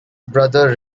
brother